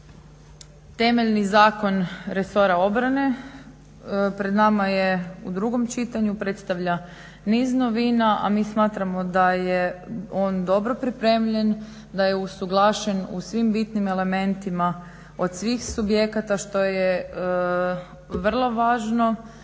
Temeljni zakon resora obrane pred nama je u drugom čitanju, predstavlja niz novina, a mi smatramo da je on dobro pripremljen da je usuglašen u svim bitnim elementima od svih subjekata što je vrlo važno,